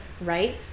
right